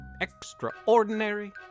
extraordinary